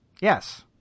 yes